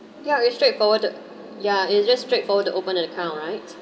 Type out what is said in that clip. ya you straightforward to yeah you just straightforward to open an account right